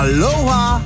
Aloha